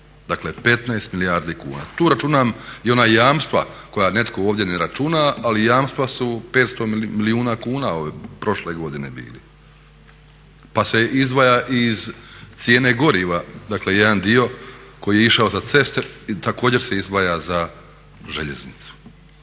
Dakle 15 milijardi kuna. Tu računam i ona jamstva koja netko ovdje ne računa ali jamstva su 500 milijuna kuna prošle godine bili. Pa se izdvaja iz cijene goriva, dakle jedan dio koji je išao za ceste, također se izdvaja za željeznicu.